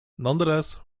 nonetheless